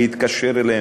להתקשר אליהם,